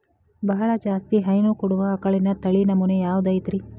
ಬಹಳ ಜಾಸ್ತಿ ಹೈನು ಕೊಡುವ ಆಕಳಿನ ತಳಿ ನಮೂನೆ ಯಾವ್ದ ಐತ್ರಿ?